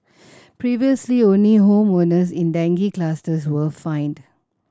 previously only home owners in dengue clusters were fined